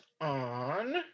on